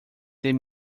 ter